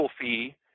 fee